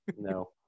No